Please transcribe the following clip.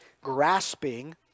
grasping